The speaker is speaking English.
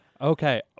Okay